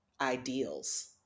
ideals